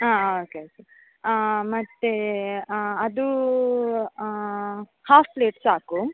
ಆಂ okay okay ಮತ್ತೆ ಅದು half plate ಸಾಕು